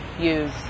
use